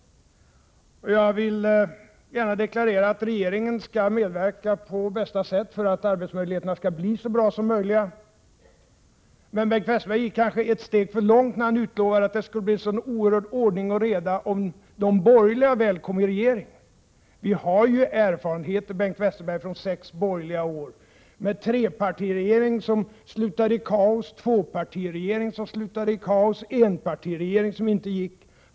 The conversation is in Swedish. Jag vill gärna deklarera att regeringen på bästa sätt skall medverka till att göra arbetsmöjligheterna så bra som möjligt. Men Bengt Westerberg gick nog ett steg för långt när han utlovade att det skulle bli en sådan oerhörd ordning och reda om de borgerliga partierna väl fick regeringsmakten. Vi har ju, Bengt Westerberg, erfarenheter från sex borgerliga år, med trepartiregeringen som slutade i kaos, med tvåpartiregeringen som slutade i kaos och med enpartiregeringen som inte höll.